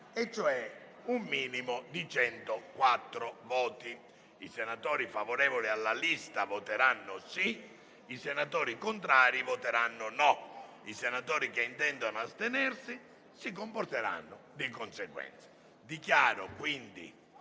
cioè 104 voti. I senatori favorevoli alla lista proposta voteranno sì; i senatori contrari voteranno no; i senatori che intendono astenersi si comporteranno di conseguenza. Dichiaro aperta